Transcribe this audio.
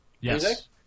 Yes